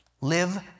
Live